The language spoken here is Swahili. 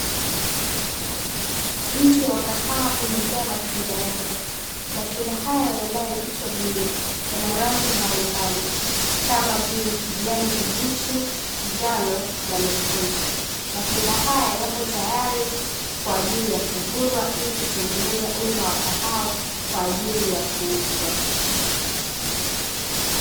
Mti wa kahawa umejaa matunda yake, matunda haya yanayoitwa buni yana rangi mbalimbali kama vile kijani kibichi, njano na mekundu matunda haya yapo tayari kwa ajili ya kuvunwa ili kutengeneza unga wa kahawa kwa ajili ya kuuzwa.